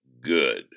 good